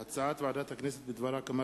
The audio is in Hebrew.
הצעת החוק נתקבלה ותועבר להמשך החקיקה